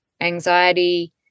anxiety